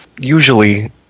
usually